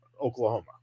oklahoma